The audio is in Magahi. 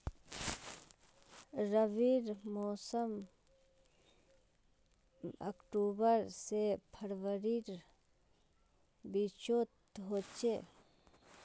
रविर मोसम अक्टूबर से फरवरीर बिचोत होचे